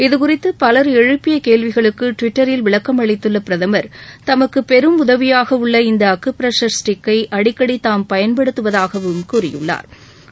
இதுகறித்து பல் எழுப்பிய கேள்விகளுக்கு டுவிட்டரில் விளக்கம் அளித்துள்ள பிரதமா் தமக்கு பெரும் உதவியாக உள்ள இந்த அக்குபிரஷா் ஸ்டிக்கை அடிக்கடி தாம் பயன்படுத்துவதாகவும் கூறியுள்ளாா்